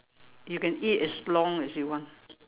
you can eat as long as you want